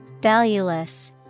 Valueless